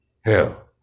Hell